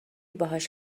باهاش